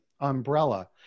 umbrella